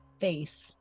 face